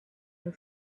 her